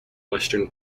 western